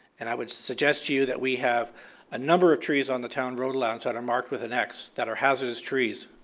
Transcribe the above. and i would suggest to you that we have a number of trees on the town road allowance that are marked with an x that are hazardous trees